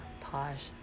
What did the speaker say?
posh